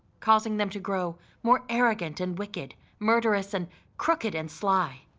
causing them to grow more arrogant and wicked, murderous and crooked and sly.